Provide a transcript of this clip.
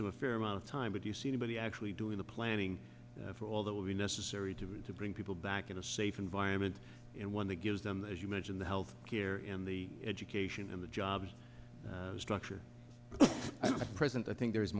them a fair amount of time if you see anybody actually doing the planning for all that will be necessary to be to bring people back in a safe environment and one that gives them as you mention the health care in the education and the jobs structure present i think there